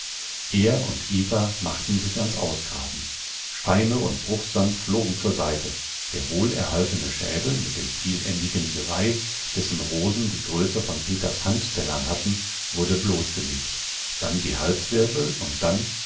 er und eva machten sich ans ausgraben steine und bruchsand flogen zur seite der wohlerhaltene schädel mit dem vielendigen geweih dessen rosen die größe von peters handtellern hatten wurde bloßgelegt dann die halswirbel und dann